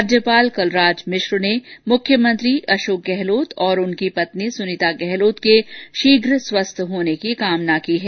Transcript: राज्यपाल कलराज मिश्र ने मुख्यमंत्री अशोक गहलोत और उनकी पत्नी सुनीता गहलोत के शीघ्र स्वस्थ होने की कामना की है